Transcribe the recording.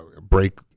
break